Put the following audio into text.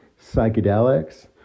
psychedelics